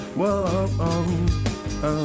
whoa